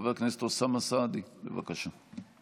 חבר הכנסת אוסאמה סעדי, בבקשה.